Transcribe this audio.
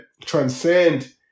transcend